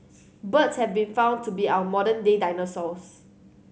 birds have been found to be our modern day dinosaurs